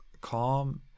calm